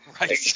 Right